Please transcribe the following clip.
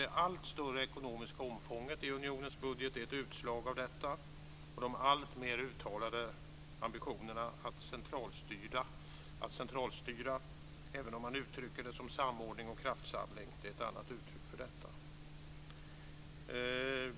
Det allt större ekonomiska omfånget i unionens budget är ett utslag av detta, och det gäller även de allt mera uttalade ambitionerna att centralstyra. Samordning och kraftsamling är ett annat uttryck för detta.